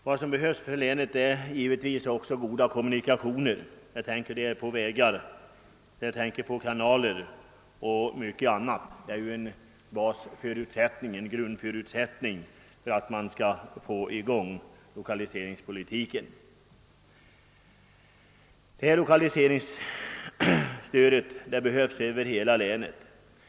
Vad som behövs för länet är givetvis också goda kommunikationer — jag tänker härvidlag på vägar, kanaler och mycket annat. Goda kommunikationer är en grundförutsättning för att man skall kunna få resultat av lokaliserings politiken. Ett lokaliseringsstöd behövs : över hela länet.